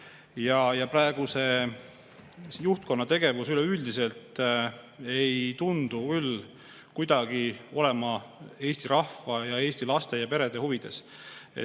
Praeguse juhtkonna tegevus üleüldiselt ei tundu küll kuidagi olema Eesti rahva, Eesti laste ja perede huvides.